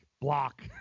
block